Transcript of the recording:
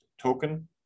token